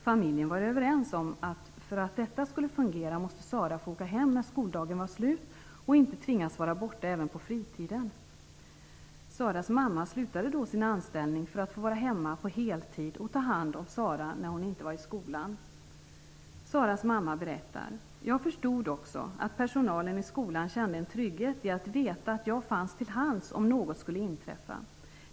Familjen var överens om att Sara måste få åka hem när skoldagen var slut och inte tvingas vara borta även på fritiden för att detta skulle fungera. Saras mamma slutade då sin anställning för att få vara hemma på heltid och ta hand om Sara när hon inte var i skolan. Saras mamma berättar: Jag förstod också att personalen i skolan kände en trygghet i att veta att jag fanns till hands om något skulle inträffa.